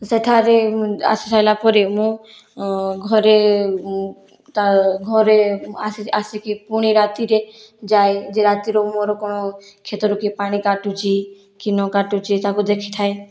ସେଠାରେ ଆସି ସାଇଲା ପରେ ମୁଁ ଘରେ ତା ଘରେ ଆସିକି ପୁଣି ରାତିରେ ଯାଏ ଯେ ରାତିର ମୋର କଣ କ୍ଷେତରୁ କିଏ ପାଣି କାଟୁଛି କି ନ କାଟୁଛି ତାକୁ ଦେଖିଥାଏ